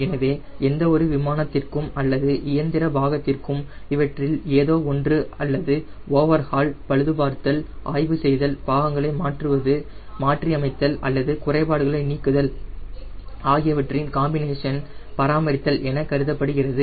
எனவே எந்த ஒரு விமானத்திற்கும் அல்லது இயந்திர பாகத்திற்கும் இவற்றில் ஏதோ ஒன்று அல்லது ஓவர்ஹால் பழுதுபார்த்தல் ஆய்வு செய்தல் பாகங்களை மாற்றுவது மாற்றி அமைத்தல் அல்லது குறைபாடுகளை நீக்குதல் ஆகியவற்றின் காம்பினேஷன் பராமரித்தல் என கருதப்படுகிறது